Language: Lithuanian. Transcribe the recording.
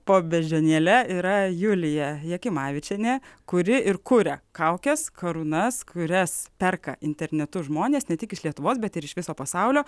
po beždžionėle yra julija jakimavičienė kuri ir kuria kaukes karūnas kurias perka internetu žmonės ne tik iš lietuvos bet ir iš viso pasaulio